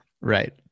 Right